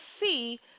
see